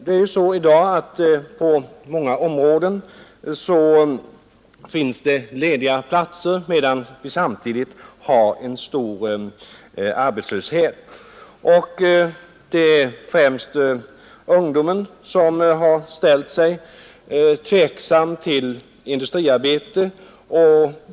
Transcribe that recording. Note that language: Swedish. Det är ju så i dag att det på många områden finns lediga platser, medan vi samtidigt har en stor arbetslöshet. Det är främst ungdomen som har ställt sig tveksam till industriarbete.